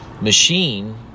machine